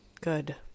Good